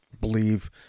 believe